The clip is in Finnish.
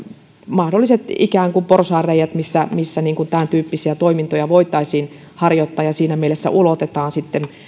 mahdolliset ikään kuin porsaanreiät missä missä tämäntyyppisiä toimintoja voitaisiin harjoittaa ja ulotetaan